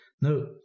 No